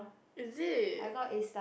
is it